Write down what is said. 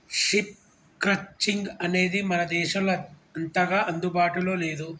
sheep crutching అనేది మన దేశంలో అంతగా అందుబాటులో లేదు